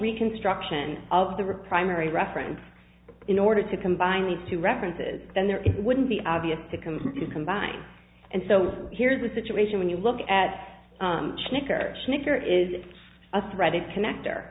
reconstruction of the reprise mary reference in order to combine these two references then there wouldn't be obvious to come to combine and so here's the situation when you look at snicker snicker is a threaded connector